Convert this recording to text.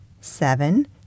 seven